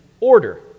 order